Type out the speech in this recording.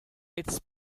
its